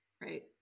right